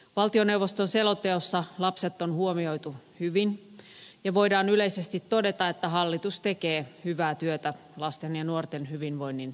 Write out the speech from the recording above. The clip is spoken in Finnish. valtioneuvoston selonteossa lapset on huomioitu hyvin ja voidaan yleisesti todeta että hallitus tekee hyvää työtä lasten ja nuorten hyvinvoinnin edistämiseksi